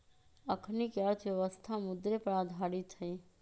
अखनीके अर्थव्यवस्था मुद्रे पर आधारित हइ